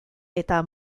eta